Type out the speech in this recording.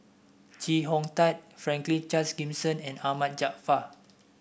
Chee Hong Tat Franklin Charles Gimson and Ahmad Jaafar